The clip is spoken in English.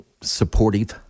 supportive